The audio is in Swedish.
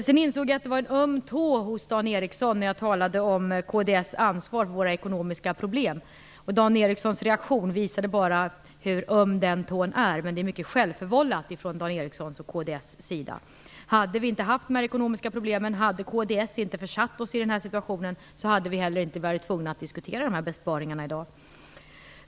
Sedan insåg jag att jag trampade på en öm tå hos Dan Ericsson när jag talade om kds ansvar för våra ekonomiska problem. Dan Ericssons reaktion visade bara hur öm den tån är. Men det är mycket självförvållat från Dan Ericssons och kds sida. Hade vi inte haft de här ekonomiska problemen och hade kds inte försatt oss i den här situationen hade vi inte heller varit tvungna att diskutera dessa besparingar i dag.